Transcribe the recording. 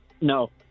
No